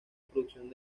producción